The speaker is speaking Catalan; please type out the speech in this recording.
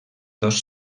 dos